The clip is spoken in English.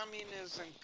communism